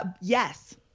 Yes